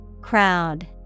Crowd